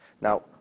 Now